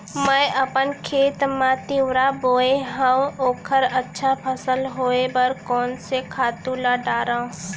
मैं अपन खेत मा तिंवरा बोये हव ओखर अच्छा फसल होये बर कोन से खातू ला डारव?